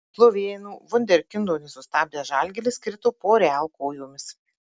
slovėnų vunderkindo nesustabdęs žalgiris krito po real kojomis